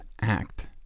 act